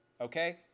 okay